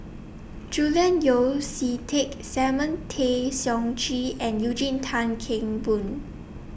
Julian Yeo See Teck Simon Tay Seong Chee and Eugene Tan Kheng Boon